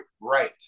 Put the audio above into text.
right